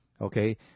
Okay